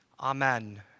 Amen